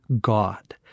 God